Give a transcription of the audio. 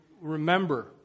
remember